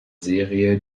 serie